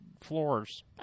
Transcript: floors